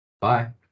Bye